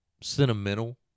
sentimental